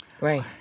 Right